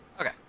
Okay